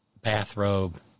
bathrobe